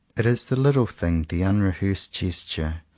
it is the little thing, the unrehearsed gesture,